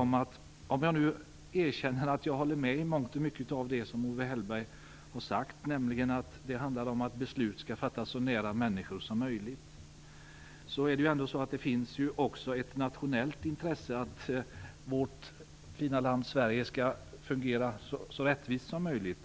Även om jag erkänner att jag håller med i mångt och mycket av det som Owe Hellberg har sagt, bl.a. att det handlar om att beslut skall fattas så nära människor som möjligt, finns det även ett nationellt intresse att vårt fina land Sverige skall fungera så rättvist som möjligt.